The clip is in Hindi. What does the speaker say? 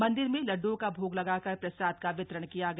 मन्दिर में लड्डओं का भोग लगाकर प्रसाद का वितरण किया गया